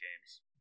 games